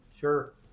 Sure